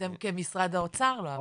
אתם כמשרד האוצר לא.